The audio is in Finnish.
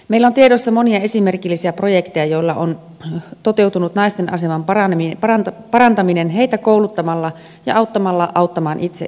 meillä on tiedossa monia esimerkillisiä projekteja joilla on toteutunut naisten aseman parantaminen heitä kouluttamalla ja auttamalla auttamaan itse itseään